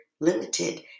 limited